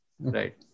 right